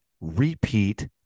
repeat